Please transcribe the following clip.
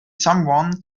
someone